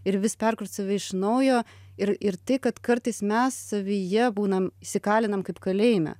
ir vis perkraut save iš naujo ir ir tai kad kartais mes savyje būnam įkalinam kaip kalėjime